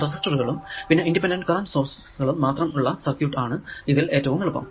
റെസിസ്റ്ററുകളും പിന്നെ independent current source കളും മാത്രം ഉള്ള സർക്യൂട് ആണ് ഇതിൽ ഏറ്റവും എളുപ്പം